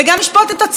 למה לא?